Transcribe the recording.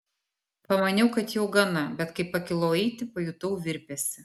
pamaniau kad jau gana bet kai pakilau eiti pajutau virpesį